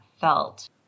felt